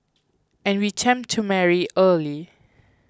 and we tend to marry early